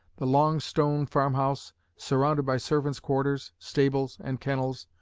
the long stone farm-house, surrounded by servants' quarters, stables and kennels,